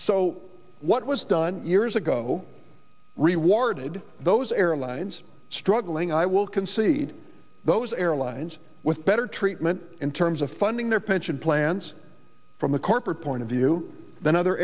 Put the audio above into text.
so what was done years ago rewarded those airlines struggling i will concede those airlines with better treatment in terms of funding their pension plans from a corporate point of view than other